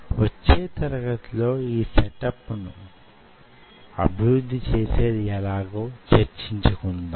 వచ్చే తరగతిలో యీ సెటప్ ను అభివృద్ధి చేసేది ఎలాగో చర్చించుకుందాం